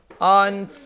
on